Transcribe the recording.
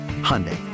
Hyundai